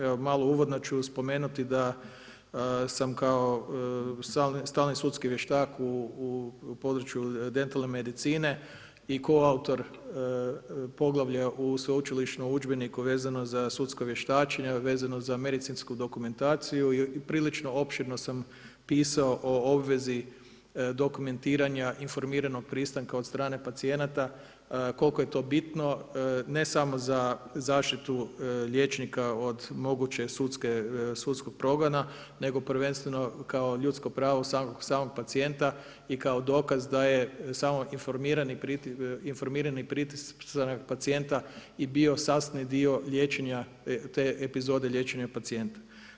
Evo, malo uvodno ću spomenuti da sam kao stalni sudski vještak u području dentalne medicine i kao autor poglavlja u sveučilišnom udžbeniku vezano za sudsko vještačenje vezano za medicinsku dokumentaciju i prilično opširno sam pisao o obvezi dokumentiranja informiranog pristanka od strane pacijenata koliko je to bitno ne samo za zaštitu liječnika od mogućeg sudskog progona, nego prvenstveno kao ljudsko pravo samog pacijenta i kao dokaz da je samo informiran pristanak pacijenta i bio sastavni dio liječenja te epizode liječenja pacijenta.